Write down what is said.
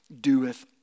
doeth